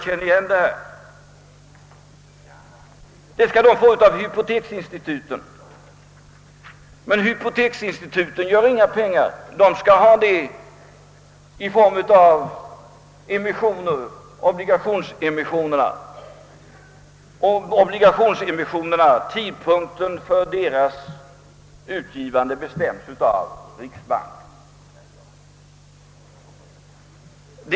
Medel skall då lämnas av hypoteksinstituten, men dessa gör inga pengar, utan de har att lita till obligationsemissionerna, och tidpunkten för dem bestäms av riksbanken.